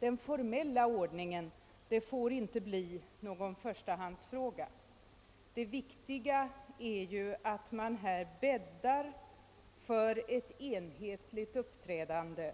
Den formella ordningen får inte bli någon förstahandsfråga — det viktiga är att man bäddar för ett enhetligt uppträdande